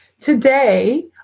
Today